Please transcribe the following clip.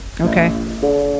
Okay